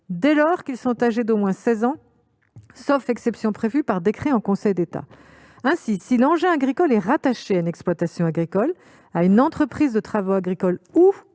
dès lors qu'ils sont âgés d'au moins seize ans, sauf exceptions prévues par décret en Conseil d'État ». Si l'engin agricole est rattaché à une exploitation agricole, à une entreprise de travaux agricoles ou